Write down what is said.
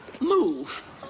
move